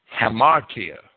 hamartia